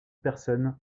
personnes